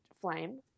flame